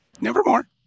Nevermore